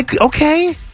Okay